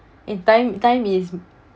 and time time is